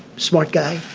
smart guy.